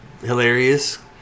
hilarious